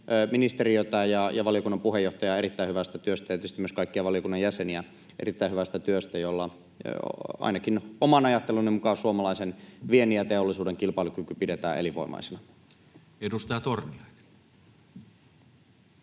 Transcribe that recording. ministeriötä ja valiokunnan puheenjohtajaa erittäin hyvästä työstä ja tietysti myös kaikkia valiokunnan jäseniä erittäin hyvästä työstä, jolla ainakin oman ajatteluni mukaan suomalaisen viennin ja teollisuuden kilpailukyky pidetään elinvoimaisena. [Speech 56] Speaker: